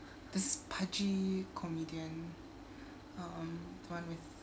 this pudgy comedian um